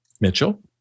Mitchell